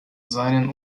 seinen